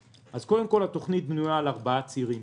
התכנית בנויה מארבעה צירים: